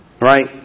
Right